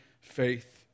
faith